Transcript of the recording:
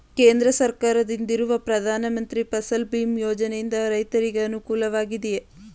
ಕೇಂದ್ರ ಸರ್ಕಾರದಿಂದಿರುವ ಪ್ರಧಾನ ಮಂತ್ರಿ ಫಸಲ್ ಭೀಮ್ ಯೋಜನೆಯಿಂದ ರೈತರಿಗೆ ಅನುಕೂಲವಾಗಿದೆಯೇ?